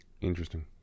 interesting